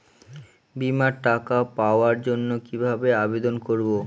বিমার টাকা পাওয়ার জন্য কিভাবে আবেদন করব?